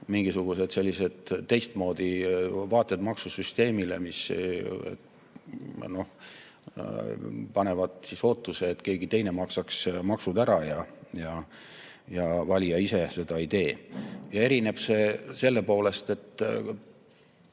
mingisugused sellised teistmoodi vaated maksusüsteemile, mis panevad ootuse, et keegi teine maksaks maksud ära ja valija ise seda ei tee. Pensioni puhul on